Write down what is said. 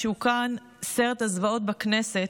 כשהוקרן סרט הזוועות בכנסת,